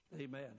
Amen